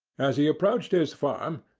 as he approached his farm,